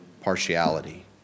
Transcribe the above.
partiality